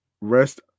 rest